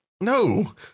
No